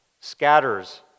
scatters